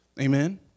Amen